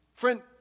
Friend